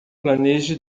planeje